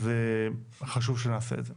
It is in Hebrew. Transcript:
אז חשוב שנעשה את זה.